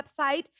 website